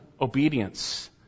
obedience